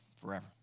forever